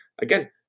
again